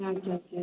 okay okay